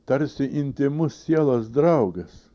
tarsi intymus sielos draugas